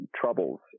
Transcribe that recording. troubles